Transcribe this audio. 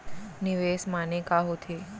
निवेश माने का होथे?